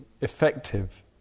effective